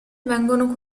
vengono